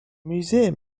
museum